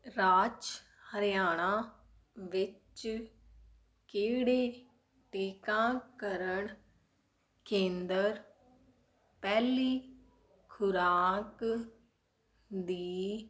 ਰਾਜ ਹਰਿਆਣਾ ਵਿੱਚ ਕਿਹੜੇ ਟੀਕਾਕਰਨ ਕੇਂਦਰ ਪਹਿਲੀ ਖੁਰਾਕ ਦੀ